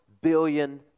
billion